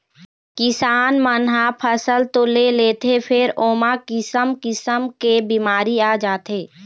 किसान मन ह फसल तो ले लेथे फेर ओमा किसम किसम के बिमारी आ जाथे